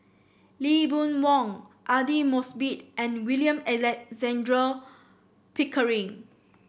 Lee Boon Wang Aidli Mosbit and William Alexander Pickering